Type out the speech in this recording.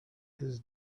his